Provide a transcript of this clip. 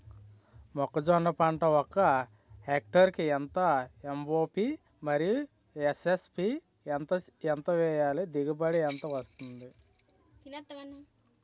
మొక్కజొన్న పంట ఒక హెక్టార్ కి ఎంత ఎం.ఓ.పి మరియు ఎస్.ఎస్.పి ఎంత వేయాలి? దిగుబడి ఎంత వస్తుంది?